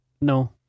No